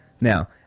Now